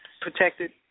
protected